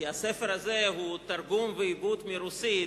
כי הספר הזה הוא תרגום ועיבוד מרוסית,